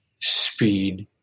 speed